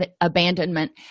abandonment